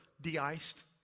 de-iced